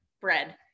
bread